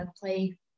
play